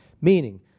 Meaning